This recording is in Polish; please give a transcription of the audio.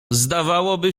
zdawałoby